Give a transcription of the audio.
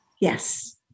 Yes